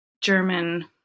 German